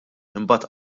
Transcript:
imbagħad